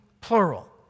plural